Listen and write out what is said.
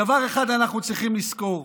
דבר אחד אנחנו צריכים לזכור.